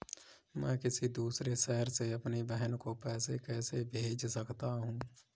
मैं किसी दूसरे शहर से अपनी बहन को पैसे कैसे भेज सकता हूँ?